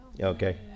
Okay